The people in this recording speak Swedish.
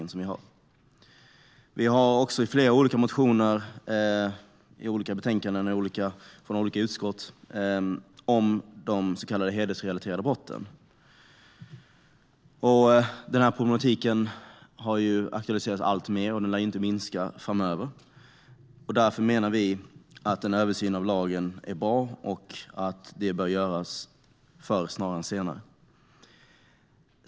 Det andra gäller de så kallade hedersrelaterade brotten, som vi har tagit upp i flera olika motioner och i betänkanden från olika utskott. Denna problematik har aktualiserats alltmer, och den lär inte minska framöver. Därför menar vi att en översyn av lagen är bra och att den bör göras förr snarare än senare.